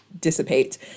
dissipate